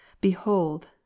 Behold